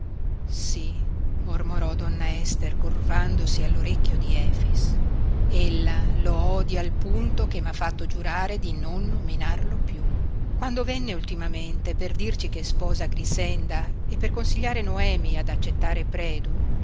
sí mormorò donna ester curvandosi all'orecchio di efix ella lo odia al punto che m'ha fatto giurare di non nominarlo piú quando venne ultimamente per dirci che sposa grixenda e per consigliare noemi ad accettare predu